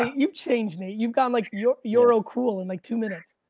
ah you've changed, nate, you've gone like, euro euro cool in like two minutes.